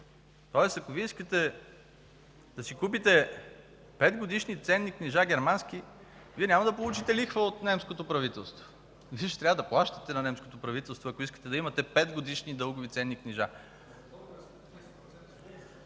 доходност. Ако Вие искате да си купите 5-годишни германски ценни книжа, няма да получите лихва от немското правителство. Излиза, че трябва да плащате на немското правителство, ако искате да имате петгодишни дългови ценни книжа.